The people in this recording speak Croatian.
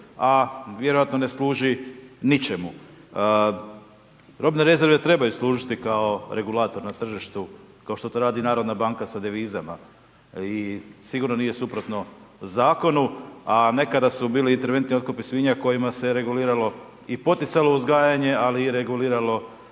a vjerojatno ne služi ničemu. Robne rezerve trebaju služiti kao regulator na tržištu, kao što to radi narodna banka sa devizama i sigurno nije suprotno zakonu, a nekada su bili interventni otkupi svinja kojima se reguliralo i poticalo uzgajanje, ali i reguliralo